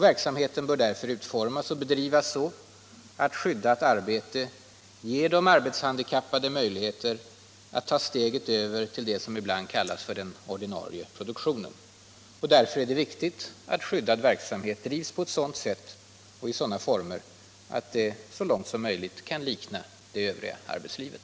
Verksamheten bör utformas och bedrivas så att skyddat arbete ger de arbetshandikappade möjligheter att ta steget över till det som ibland kallas ”den ordinarie produktionen”. Därför är det viktigt att skyddad verksamhet drivs på sådant sätt och i sådana former att den så långt som möjligt kan likna det övriga arbetslivet.